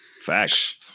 Facts